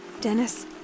Dennis